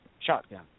shotgun